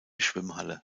schwimmhalle